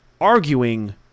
arguing